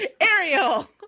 Ariel